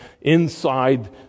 inside